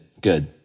good